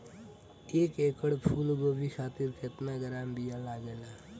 एक एकड़ फूल गोभी खातिर केतना ग्राम बीया लागेला?